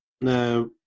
Now